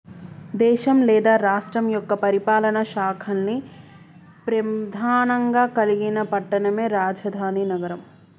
దేశం లేదా రాష్ట్రం యొక్క పరిపాలనా శాఖల్ని ప్రెధానంగా కలిగిన పట్టణమే రాజధాని నగరం